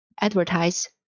advertise